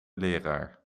leraar